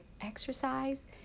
exercise